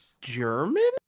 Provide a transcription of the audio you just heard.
German